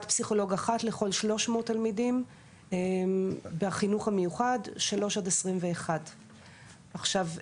פסיכולוג אחת לכל 300 תלמידים בחינוך המיוחד מגיל 3 עד 21. עכשיו,